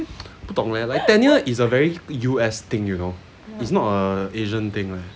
不懂 leh like tenure is a very U_S thing you know it's not a asian thing leh